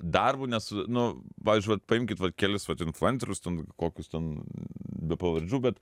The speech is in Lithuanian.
darbu nes nu pavyzdžiui vat paimkit vat kelis vat influencerius ten kokius ten be pavardžių bet